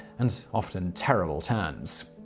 and often terrible turns.